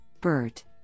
BERT